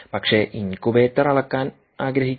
പക്ഷേ ഇൻകുബേറ്റർ അളക്കാൻ ആഗ്രഹിക്കുന്നു